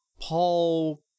Paul